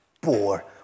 poor